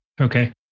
Okay